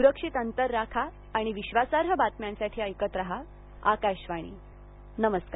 सुरक्षित अंतर राखा आणि विश्वासार्ह बातम्यांसाठी ऐकत राहा आकाशवाणी नमस्कार